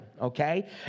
okay